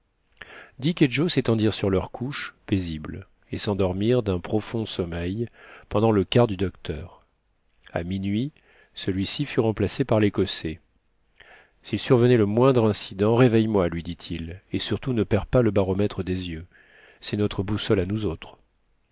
dick et joe s'étendirent sur leur couche paisible et s'endormirent d'un profond sommeil pendant le quart du docteur à minuit celui-ci fut remplacé par l'écossais s'il survenait le moindre incident réveille moi lui dit-il et surtout ne perds pas le baromètre des yeux cest notre boussole à nous autres